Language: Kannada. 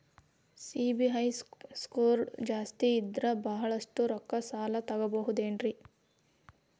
ಸಿಬಿಲ್ ಸ್ಕೋರ್ ಜಾಸ್ತಿ ಇದ್ರ ಬಹಳಷ್ಟು ರೊಕ್ಕ ಸಾಲ ತಗೋಬಹುದು ಏನ್ರಿ?